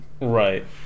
right